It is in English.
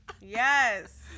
Yes